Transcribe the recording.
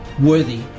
worthy